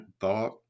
thought